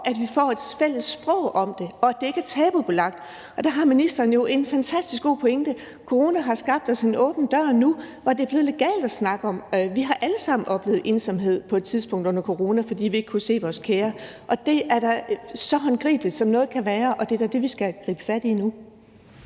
at vi får et fælles sprog om det, og at det ikke er tabubelagt. Der har ministeren jo en fantastisk god pointe: Corona har åbnet en dør nu, så det er blevet legalt at snakke om det, og vi har alle sammen oplevet ensomhed på et tidspunkt under corona, fordi vi ikke har kunnet se vores kære. Og det er da så håndgribeligt, som noget kan være, og det er da det, vi skal gribe fat i nu.